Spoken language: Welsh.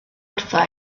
wrtha